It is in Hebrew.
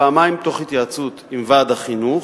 פעמיים תוך התייעצות עם ועד החינוך,